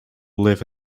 live